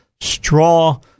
straw